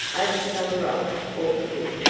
over some rock or cliff.